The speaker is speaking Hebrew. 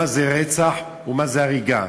אולי אפשר לקבוע קריטריון לגבי מה זה רצח ומה זה הריגה,